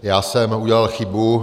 Já jsem udělal chybu.